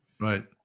Right